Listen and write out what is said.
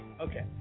Okay